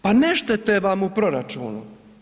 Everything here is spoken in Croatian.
Pa ne štete vam u proračunu.